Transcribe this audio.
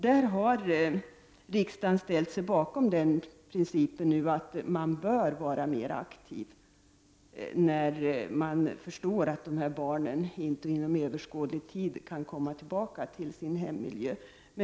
Riksdagen har nu ställt sig bakom den princip som går ut på att man bör vara mer aktiv när man förstår att barnen inte inom överskådlig tid kan komma tillbaka till sin hemmiljö.